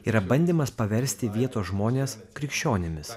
yra bandymas paversti vietos žmones krikščionimis